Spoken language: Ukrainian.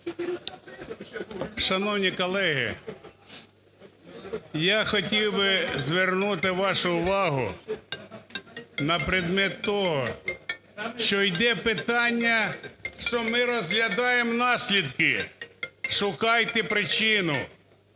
Шановні колеги! Я хотів би звернути вашу увагу на предмет того, що йде питання, що ми розглядаємо наслідки. Шукайте причину.